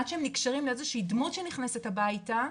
עד שהם נקשרים לאיזה שהיא דמות שנכנסת הביתה,